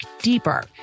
deeper